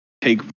take